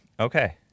Okay